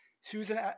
Susan